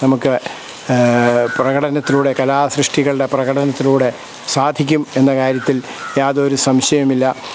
നമുക്ക് പ്രകടനത്തിലൂടെ കലാസൃഷ്ടികളുടെ പ്രകടനത്തിലൂടെ സാധിക്കും എന്ന കാര്യത്തിൽ യാതൊരു സംശയമില്ല